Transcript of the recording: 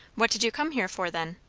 what did you come here for, then?